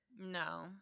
No